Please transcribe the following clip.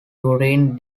urine